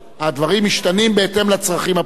כששינו את חוקי-היסוד כלפי השרים,